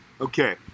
Okay